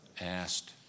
Asked